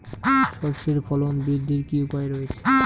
সর্ষের ফলন বৃদ্ধির কি উপায় রয়েছে?